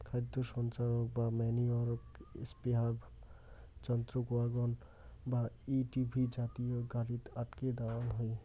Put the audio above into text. খাদ সঞ্চারক বা ম্যনিওর স্প্রেডার যন্ত্রক ওয়াগন বা এ.টি.ভি জাতীয় গাড়িত আটকে দ্যাওয়াং হই